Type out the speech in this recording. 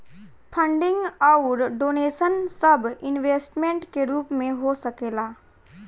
funding अउर donation सब investment के रूप में हो सकेला